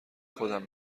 خودم